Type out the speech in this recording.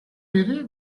beri